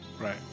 Right